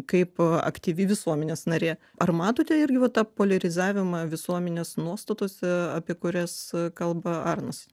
kaip aktyvi visuomenės narė ar matote irgi va tą poliarizavimą visuomenės nuostatose apie kurias kalba arnas